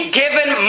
given